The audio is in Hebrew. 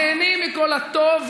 נהנים מכל הטוב,